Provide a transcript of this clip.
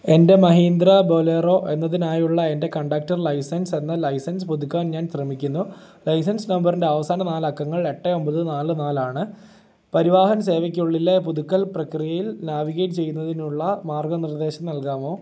എൻ്റെ മഹീന്ദ്ര ബൊലേറോ എന്നതിനായുള്ള എൻ്റെ കണ്ടക്ടർ ലൈസൻസ് എന്ന ലൈസൻസ് പുതുക്കാൻ ഞാൻ ശ്രമിക്കുന്നു ലൈസൻസ് നമ്പറിൻ്റെ അവസാന നാലക്കങ്ങൾ എട്ട് ഒമ്പത് നാല് നാലാണ് പരിവാഹൻ സേവയ്ക്കുള്ളിലെ പുതുക്കൽ പ്രക്രിയയിൽ നാവിഗേറ്റ് ചെയ്യുന്നതിനുള്ള മാർഗ്ഗനിർദ്ദേശം നൽകാമോ